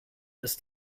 ist